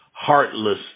heartless